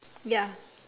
ya